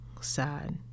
sad